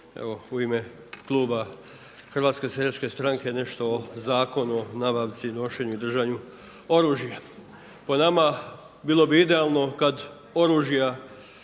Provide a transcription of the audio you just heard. Evo u ime Kluba Hrvatske seljačke stranke nešto o Zakonu o nabavci i nošenju i držanju oružja. Po nama bilo bi idealno kada oružja